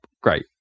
Great